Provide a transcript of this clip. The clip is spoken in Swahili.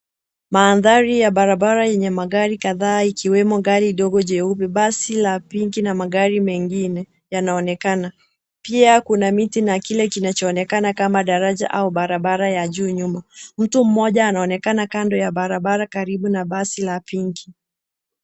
Mandhari ya barabara yenye magari kadhaa, ikiwemo gari ndogo jeupe, basi la pinki, na magari mengine yanaonekana. Pia kuna miti na kile kinachoonekana kama daraja au barabara ya juu nyuma. Mtu mmoja anaonekana kando ya barabara, karibu na basi la pinki.